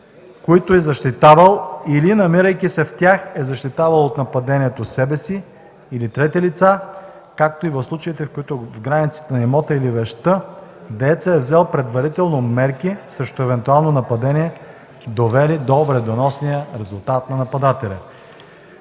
които е защитавал, или намирайки се в тях, е защитавал от нападението себе си или трети лица, както и в случаите, в които в границите на имота или вещта деецът е взел предварително мерки срещу евентуално нападение, довели до вредоносния резултат на нападателя.”